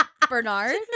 Bernard